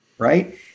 Right